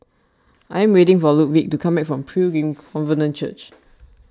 I am waiting for Ludwig to come back from Pilgrim Covenant Church